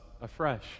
afresh